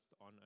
on